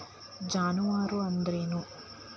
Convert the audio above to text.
ಜಾನುವಾರು ಅಂದ್ರೇನು?